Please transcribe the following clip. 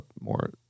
more